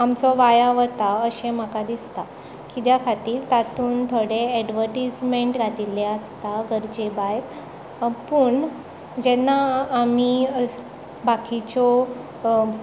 आमचो वाया वता अशें म्हाका दिसता कित्या खातीर तातूंत थोडे एडवटीजमेंट घातिल्ले आसता गरजे भायर पूण जेन्ना आमी बाकीच्यो